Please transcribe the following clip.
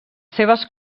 seves